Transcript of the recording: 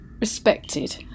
respected